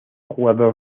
jugador